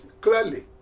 clearly